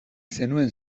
zenuen